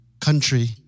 country